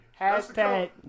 Hashtag